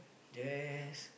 there's